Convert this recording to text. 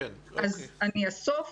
אז אני אאסוף,